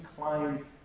claim